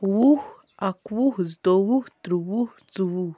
وُہ اَکوُہ زٕتووُہ ترٛیٛووُہ ژوٚوُہ